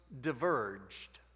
diverged